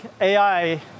AI